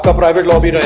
private lobby